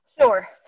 Sure